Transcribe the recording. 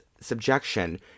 subjection